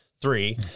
three